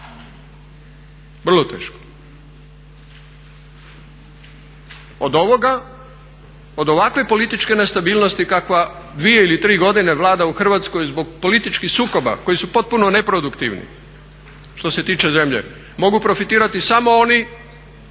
vrlo teško. Od ovoga od ovakve političke nestabilnosti kakva 2 ili 3 godine vlada u Hrvatskoj zbog političkih sukoba koji su potpuno neproduktivni što se tiče zemlje, mogu profitirati samo oni